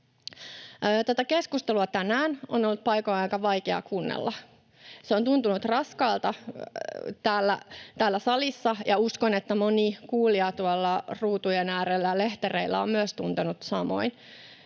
Tätä keskustelua tänään on ollut paikoin aika vaikea kuunnella. Se on tuntunut raskaalta täällä salissa, ja uskon, että moni kuulija tuolla ruutujen äärellä, lehtereillä on myös tuntenut samoin.